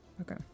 Okay